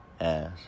ass